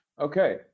Okay